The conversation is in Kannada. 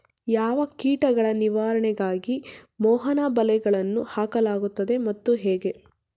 ಯಾವ ಕೀಟಗಳ ನಿವಾರಣೆಗಾಗಿ ಮೋಹನ ಬಲೆಗಳನ್ನು ಹಾಕಲಾಗುತ್ತದೆ ಮತ್ತು ಹೇಗೆ?